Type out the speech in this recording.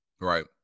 Right